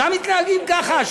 גם מתנהגים ככה?